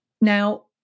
Now